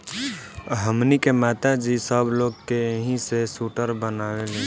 हमनी के माता जी सब लोग के एही से सूटर बनावेली